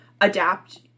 adapt